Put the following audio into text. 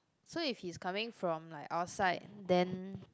so if he's coming from like outside then